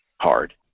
hard